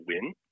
win